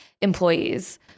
employees